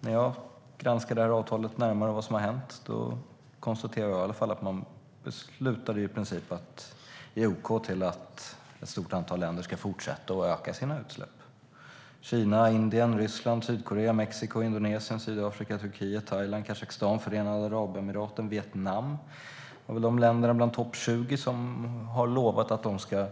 När jag granskar det här avtalet närmare konstaterar jag att det slutade i princip med att ett stort antal länder ska fortsätta att öka sina utsläpp, såsom Kina, Indien, Ryssland, Sydkorea, Mexiko, Indonesien, Sydafrika, Turkiet, Thailand, Kazakstan, Förenade Arabemiraten, Vietnam. Det är länder bland de topp 20 som har lovat att de ska